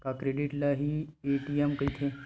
का क्रेडिट ल हि ए.टी.एम कहिथे?